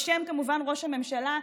בשם ראש הממשלה,